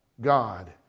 God